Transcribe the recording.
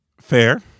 Fair